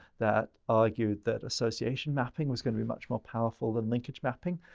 that argued that association mapping was going to be much more powerful than linkage mapping.